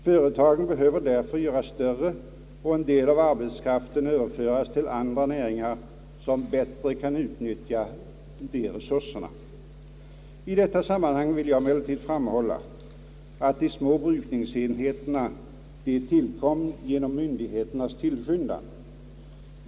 Företagen behöver därför göras större och en del av arbetskraften överföras till andra näringar som bättre kan utnyttja dessa resurser. I detta sammanhang vill jag emellertid framhålla att de små brukningsenheterna tillkommit på myndigheternas tillskyndan.